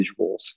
visuals